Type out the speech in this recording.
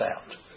out